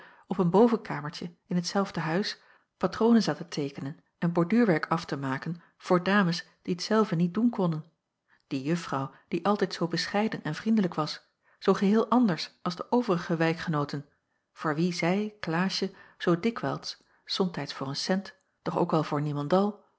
op een bovenkamertje in t zelfde huis patronen zat te teekenen en borduurwerk af te maken voor dames die t zelve niet doen konnen die juffrouw die altijd zoo bescheiden en vriendelijk was zoo geheel anders als de overige wijkgenooten voor wie zij klaasje zoo dikwijls somtijds voor een cent doch ook wel voor niemendal